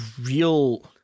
real –